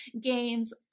games